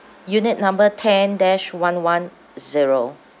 unit number ten dash one one zero